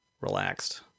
relaxed